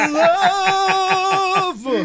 love